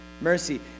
mercy